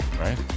right